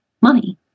money